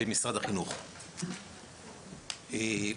הייתה